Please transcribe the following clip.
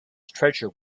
treasure